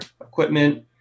equipment